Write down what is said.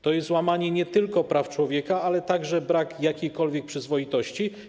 To jest łamanie nie tylko praw człowieka, ale także brak jakiejkolwiek przyzwoitości.